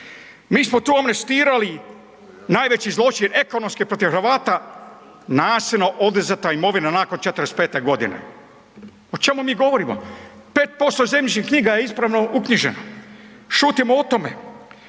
Mi smo tu amnestirali najveći zločin ekonomski protiv Hrvata, nasilno oduzeta imovina nakon '45.godine. o čemu mi govorimo? 5% zemljišnih knjiga je ispravno uknjiženo, šutimo o tome.